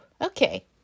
okay